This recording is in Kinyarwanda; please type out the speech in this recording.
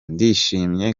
ndishimye